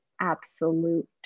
absolute